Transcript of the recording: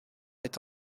est